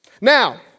Now